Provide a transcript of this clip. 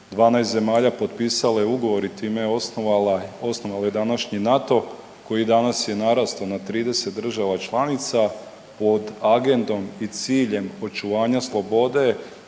12 zemalja potpisale ugovor i time osnovale današnji NATO koji danas je narastao na 30 država članica, pod agendom i ciljem očuvanja slobode